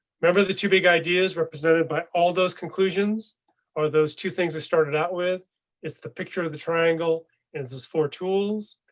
remember the two big ideas represented by all those conclusions or those two things that started out with is the picture of the triangle and this four tools.